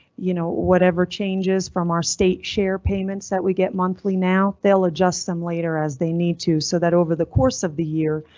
you know, whatever changes from our state, share payments that we get monthly. now they'll adjust them later as they need to, so that over the course of the year,